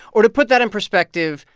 or to put that in perspective,